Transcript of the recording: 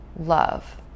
love